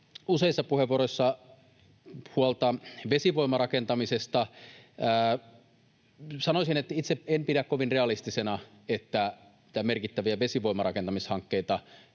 useissa puheenvuoroissa huolta vesivoimarakentamisesta. Sanoisin, että itse en pidä kovin realistisena, että merkittäviä vesivoimarakentamishankkeita